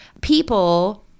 people